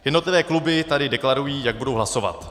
Jednotlivé kluby tady deklarují, jak budou hlasovat.